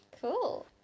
Cool